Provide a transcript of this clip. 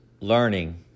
learning